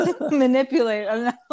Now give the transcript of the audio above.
manipulate